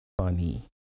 funny